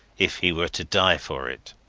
if he were to die for it.